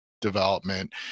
development